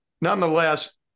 nonetheless